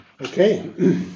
Okay